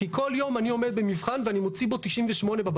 כי כל יום אני עומד במבחן ואני מוציא בו 98 בבגרות.